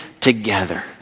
together